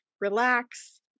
relax